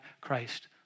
Christ